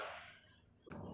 so he went to